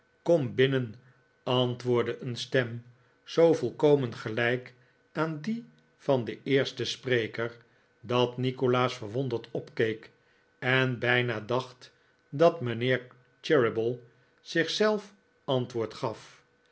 kom binnen antwoordde een stem zoo volkomen gelijk aan die van den eersten spreker dat nikolaas verwonderd opkeek en bijna dacht dat mijnheer cheeryble zich zelf antwoord gaf